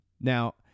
Now